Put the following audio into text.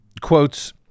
quotes